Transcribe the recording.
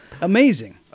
amazing